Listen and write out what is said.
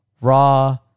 raw